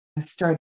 start